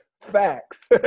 Facts